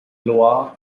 loire